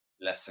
la